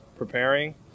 preparing